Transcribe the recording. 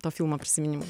to filmo prisiminimai